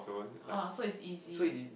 oh so it's easy